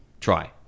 Try